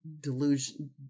delusion